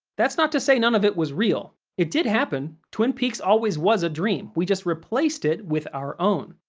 that's not to say none of it was real it did happen. twin peaks always was a dream, we just replaced it with our own.